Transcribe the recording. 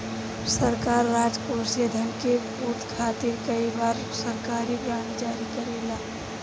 सरकार राजकोषीय धन के पूर्ति खातिर कई बार सरकारी बॉन्ड जारी करेला